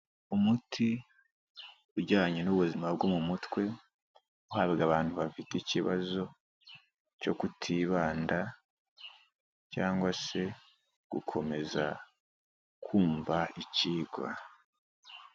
Umuti ujyanye n'ubuzima bwo mu mutwe, uhabwa abantu bafite ikibazo cyo kutibanda cyangwa se gukomeza kumva ikigwa.